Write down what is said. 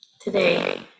today